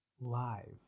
live